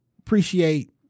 appreciate